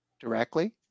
directly